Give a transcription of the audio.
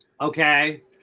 Okay